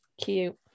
cute